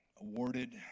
awarded